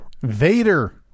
vader